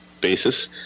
basis